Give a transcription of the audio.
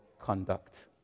conduct